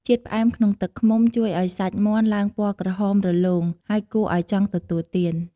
ជាតិផ្អែមក្នុងទឹកឃ្មុំជួយឱ្យសាច់មាន់ឡើងពណ៌ក្រហម រលោង ហើយគួរឱ្យចង់ទទួលទាន។